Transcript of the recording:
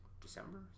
December